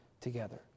together